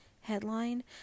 headline